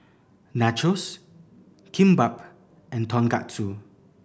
Nachos Kimbap and Tonkatsu